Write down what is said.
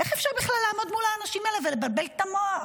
איך אפשר בכלל לעמוד מול האנשים האלה ולבלבל את המוח?